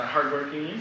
Hardworking